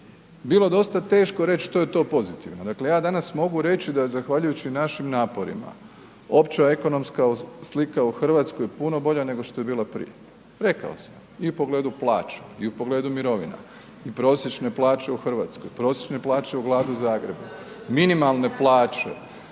bilo dosta teško reći što je to pozitivno. Dakle, ja danas mogu reći da zahvaljujući našim naporima, opća ekonomska slika u Hrvatskoj je puno bolja nego što je bila prije. Rekao sam i u pogledu plaća i pogledu mirovina, prosječne plaće u Hrvatskoj, prosječne plaće u Gradu Zagrebu, minimalne plaća,